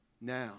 Now